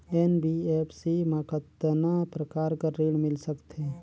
NBFC मा कतना प्रकार कर ऋण मिल सकथे?